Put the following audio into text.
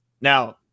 Now